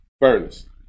furnace